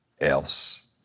else